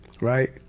right